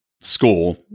school